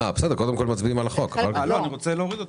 אני רוצה להוריד אותן.